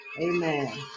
amen